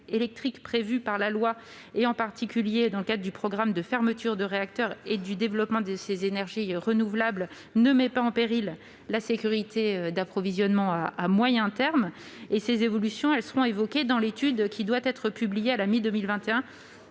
électrique prévue par la loi, en particulier dans le cadre du programme de fermetures de réacteurs et du développement des énergies renouvelables, ne met pas en péril la sécurité d'approvisionnement à moyen terme. Ces évolutions seront évoquées dans l'étude qui doit être publiée mi-2021